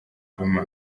djuma